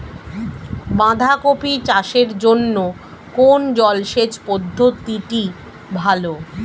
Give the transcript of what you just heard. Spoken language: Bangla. বাঁধাকপি চাষের জন্য কোন জলসেচ পদ্ধতিটি ভালো?